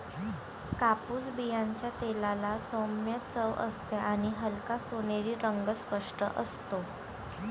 कापूस बियांच्या तेलाला सौम्य चव असते आणि हलका सोनेरी रंग स्पष्ट असतो